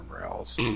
rails